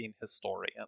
historian